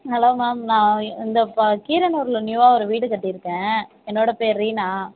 hello ma'am நான் இ இந்த ப கீரனூரில் நியூவாக ஒரு வீடு கட்டிருக்கேன் என்னோட பேர் ரீனா